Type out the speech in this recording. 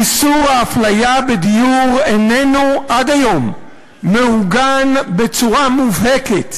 איסור האפליה בדיור איננו מעוגן עד היום בצורה מובהקת